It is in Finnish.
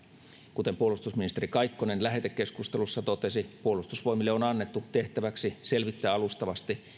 kuten puolustusministeri kaikkonen lähetekeskustelussa totesi puolustusvoimille on annettu tehtäväksi selvittää alustavasti